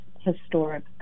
historic